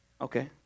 Okay